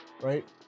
Right